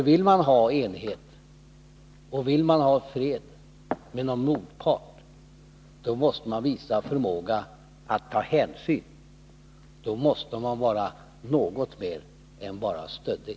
Vill man nå enighet och ha fred med en motpart, måste man visa förmåga att ta hänsyn och inte på något sätt vara stöddig.